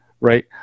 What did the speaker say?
right